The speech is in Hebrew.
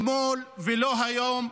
אתמול ולא היום.